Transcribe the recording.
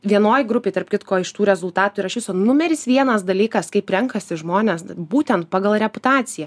vienoj grupėj tarp kitko iš tų rezultatų yra iš viso numeris vienas dalykas kaip renkasi žmonės būtent pagal reputaciją